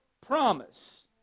promise